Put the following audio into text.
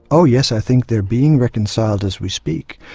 oh yes, i think they are being reconciled as we speak.